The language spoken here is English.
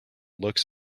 looks